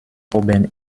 oben